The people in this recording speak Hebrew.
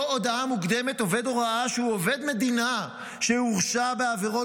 הודעה מוקדמת עובד הוראה שהוא עובד מדינה שהורשע בעבירות